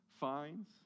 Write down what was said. fines